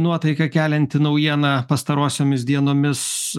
nuotaiką kelianti naujiena pastarosiomis dienomis